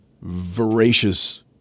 voracious